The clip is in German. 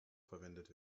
verwendet